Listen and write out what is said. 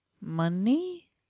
money